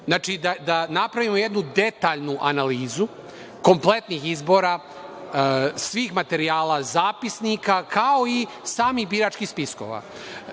Znači, da napravimo jednu detaljnu analizu kompletnih izbora, svih materijala, zapisnika, kao i samih biračkih spiskova,